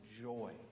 joy